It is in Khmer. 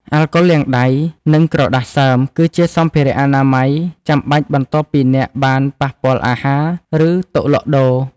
អាកុលលាងដៃ និងក្រដាសសើម គឺជាសម្ភារៈអនាម័យចាំបាច់បន្ទាប់ពីអ្នកបានប៉ះពាល់អាហារ ឬតុលក់ដូរ។